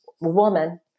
woman